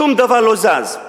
שום דבר לא זז.